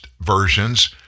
versions